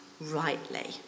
rightly